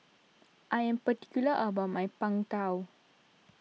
I am particular about my Png Tao